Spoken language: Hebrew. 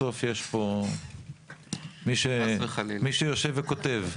בסוף יש פה מי שיושב וכותב.